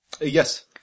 yes